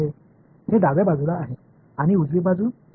இது இடது புறத்தில் இருந்து வலது புறம் ஆக மாறும்